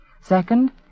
Second